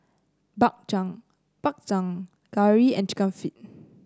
Bak Chang Bak Chang curry and chicken feet